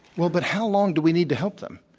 well, but how long do we need to help them?